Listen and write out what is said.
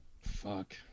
Fuck